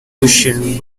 cushion